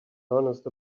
honest